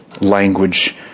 language